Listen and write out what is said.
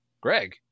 Greg